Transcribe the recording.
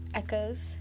echoes